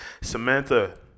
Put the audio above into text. Samantha